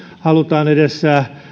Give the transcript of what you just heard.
halutaan edes